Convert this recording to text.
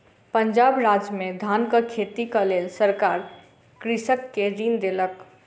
पंजाब राज्य में धानक खेतीक लेल सरकार कृषक के ऋण देलक